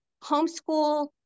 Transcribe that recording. homeschool